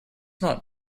not